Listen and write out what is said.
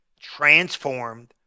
transformed